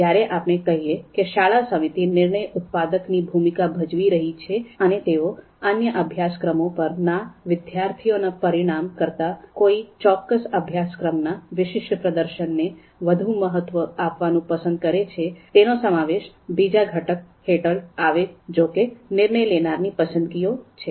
જ્યારે આપણે કહીએ કે શાળા સમિતિ નિર્ણય ઉત્પાદકની ભૂમિકા ભજવી રહી છે અને તેઓ અન્ય અભ્યાસક્રમો પર ના વિદ્યાર્થીઓના પરિણામ કરતાં કોઈ ચોક્કસ અભ્યાસક્રમના વિશિષ્ટ પ્રદર્શનને વધુ મહત્વ આપવું પસંદ કરે છે તેનો સમાવેશ બીજા ઘટક હેઠળ આવે જો કે નિર્ણય લેનાર ની પસંદગીઓ છે